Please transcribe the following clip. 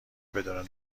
بدون